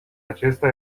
acesta